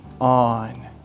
on